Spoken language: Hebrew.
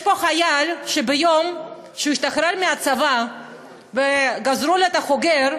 יש פה חייל שביום שהוא השתחרר מהצבא וגזרו לו את החוגר,